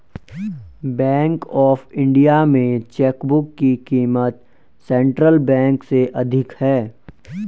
bank of India में चेकबुक की क़ीमत सेंट्रल बैंक से अधिक है